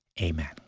Amen